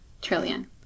trillion